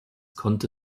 konnte